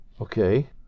Okay